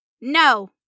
No